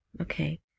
Okay